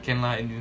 can lah and you